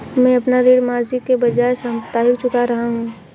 मैं अपना ऋण मासिक के बजाय साप्ताहिक चुका रहा हूँ